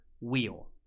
wheel